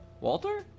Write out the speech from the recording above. Walter